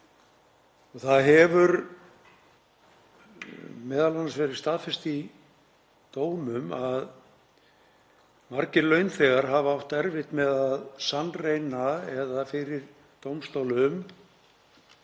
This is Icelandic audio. Það hefur m.a. verið staðfest í dómum að margir launþegar hafa átt erfitt með að sannreyna fyrir dómstólum